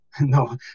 no